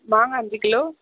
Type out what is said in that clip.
மாங்காய் அஞ்சு கிலோ